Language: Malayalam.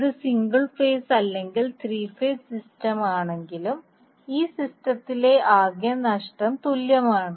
ഇത് സിംഗിൾ ഫേസ് അല്ലെങ്കിൽ ത്രീ ഫേസ് സിസ്റ്റം ആണെങ്കിലും ഈ സിസ്റ്റത്തിലെ ആകെ നഷ്ടം തുല്യമാണ്